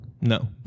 No